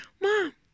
Mom